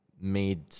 made